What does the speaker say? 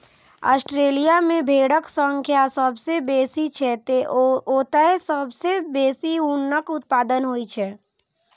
Australia मे भेड़क संख्या सबसं बेसी छै, तें ओतय सबसं बेसी ऊनक उत्पादन होइ छै